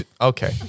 okay